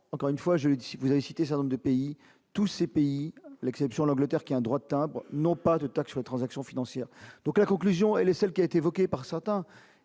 je le dit : si vous avez cité sainte de pays, tous ces pays, l'exception de l'Angleterre qui a un droit de timbre, non pas de taxer les transactions financières, donc la conclusion, elle est celle qui a été évoqué par certains,